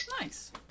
Nice